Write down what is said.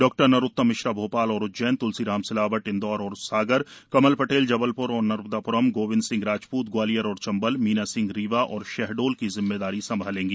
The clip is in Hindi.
डॉ नरोत्तम मिश्रा भोपाल और उज्जैन तुलसीराम सिलावट इंदौर और सागर कमल पटेल जबलपुर और नर्मदापुरम गोविंद सिंह राजपूत ग्वालियर और चम्बल मीना सिंह रीवा और शहडोल की जिम्मेदारी संभालेंगी